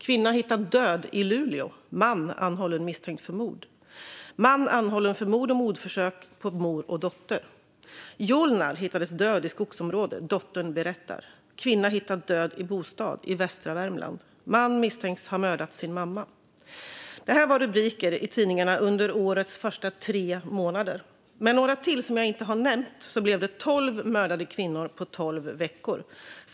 Kvinna hittat död i Luleå, man anhållen misstänkt för mord. Man anhållen för mord och mordförsök på mor och dotter. Joullnar hittades död i skogsområde, dottern berättar. Kvinna hittad död i bostad i västra Värmland. Man misstänks ha mördat sin mamma. Det här var rubriker i tidningarna under årets första tre månader. Med några till som jag inte har nämnt blev det tolv mördade kvinnor på tolv veckor.